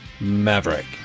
maverick